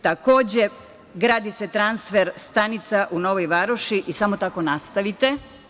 Takođe, gradi se transfer stanica u Novoj Varoši i samo tako nastavite.